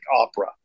opera